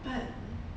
but